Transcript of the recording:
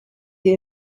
the